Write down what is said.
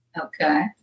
Okay